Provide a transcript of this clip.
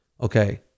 Okay